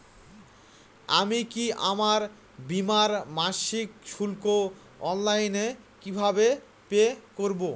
আমি কি আমার বীমার মাসিক শুল্ক অনলাইনে কিভাবে পে করব?